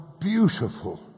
beautiful